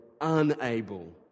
unable